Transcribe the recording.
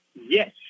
Yes